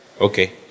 Okay